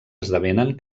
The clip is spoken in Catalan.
esdevenen